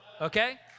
Okay